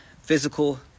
Physical